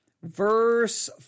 verse